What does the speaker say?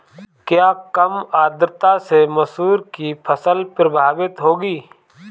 क्या कम आर्द्रता से मसूर की फसल प्रभावित होगी?